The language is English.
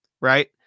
right